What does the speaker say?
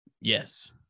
Yes